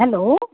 hello